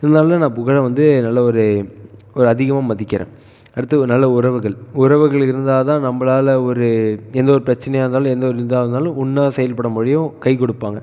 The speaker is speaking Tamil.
இருந்தாலும் நான் புகழை வந்து நல்ல ஒரு அதிகமாக மதிக்கிறேன் அடுத்து நல்ல உறவுகள் உறவுகள் இருந்தால் தான் நம்மளால ஒரு எந்த ஒரு பிரச்சனையாக இருந்தாலும் எந்த ஒரு இதாக இருந்தாலும் ஒன்னாக செயல்பட முடியும் கை கொடுப்பாங்க